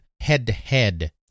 head-to-head